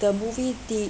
the movie did